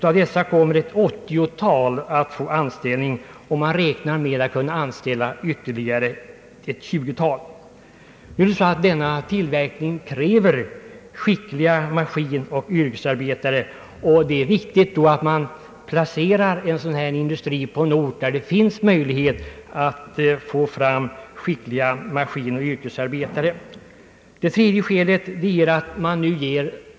Av dessa kommer till en början ett 80-tal att få anställning, och man räknar med att kunna anställa ytterligare ett 20-tal. SMT:s tillverkning kräver skickliga maskinoch yrkesarbetare. Det är därför viktigt att en sådan industri placeras på en ort där det finns tillgång till sådan arbetskraft.